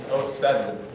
seven.